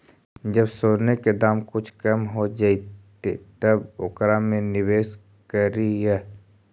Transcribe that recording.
जब सोने के दाम कुछ कम हो जइतइ तब ही ओकरा में निवेश करियह